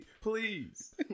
please